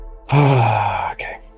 Okay